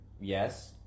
yes